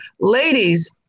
ladies